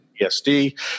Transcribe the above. ESD